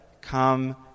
come